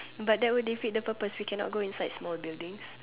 but that would defeat the purpose you cannot go inside small buildings